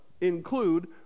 include